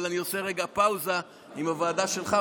אבל אני עושה רגע פאוזה עם הוועדה שלך,